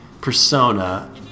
persona